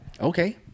Okay